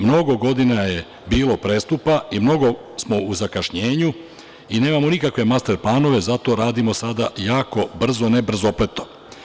Mnogo godina je bilo prestupa i mnogo smo u zakašnjenju i nemamo nikakve master planove i zato radimo sada jako brzo, ne brzopleto.